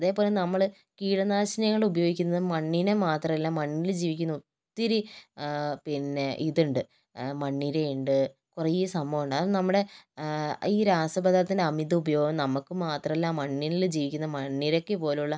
അതേപോലെ നമ്മൾ കീടനാശിനികൾ ഉപയോഗിക്കുന്നത് മണ്ണിന് മാത്രമല്ല മണ്ണിൽ ജീവിക്കുന്ന ഒത്തിരി പിന്നെ ഇതുണ്ട് മണ്ണിരയുണ്ട് കുറേ സംഭവമുണ്ട് അത് നമ്മുടെ ഈ രാസ പദാർത്ഥത്തിൻ്റെ അമിത ഉപയോഗം നമുക്ക് മാത്രമല്ല മണ്ണിൽ ജീവിക്കുന്ന മണ്ണിരയ്ക്ക് പോലുള്ള